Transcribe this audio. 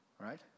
Right